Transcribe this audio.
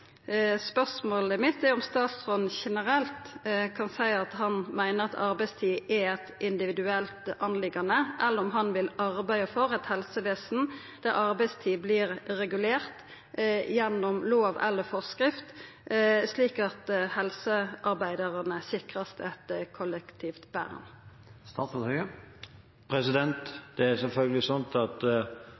Spørsmålet mitt er om statsråden generelt kan seia at han meiner at arbeidstid er ei individuell sak, eller om at han vil arbeida for eit helsevesen der arbeidstid vert regulert gjennom lov eller forskrift, slik at helsearbeidarane vert sikra eit kollektivt vern. Det er selvfølgelig slik at